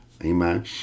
Amen